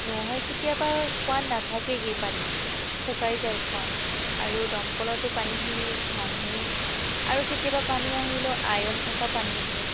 নহয় কেতিয়াবা কুঁৱাত নাথাকেগৈয়ে পানী শুকাই যায় কুঁৱা আৰু দমকলৰটো পানীখিনি নাহেই আৰু কেতিয়াবা পানী আহিলেও আইৰণ থকা পানী দিয়ে